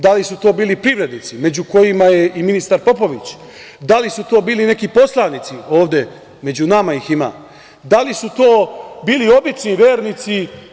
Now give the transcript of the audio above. Da li su to bili privrednici, među kojima je i ministar Popović, da li su to bili neki poslanici, ovde među nama ih ima, da li to bili obični vernici.